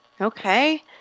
Okay